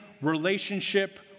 relationship